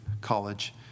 college